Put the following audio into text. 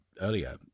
earlier